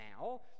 now